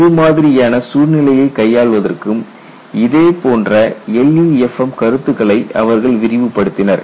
இது மாதிரியான சூழ்நிலையை கையாள்வதற்கும் இதே போன்ற LEFM கருத்துக்களை அவர்கள் விரிவுபடுத்தினர்